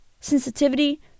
Sensitivity